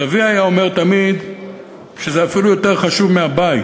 סבי היה אומר תמיד שזה אפילו יותר חשוב מהבית.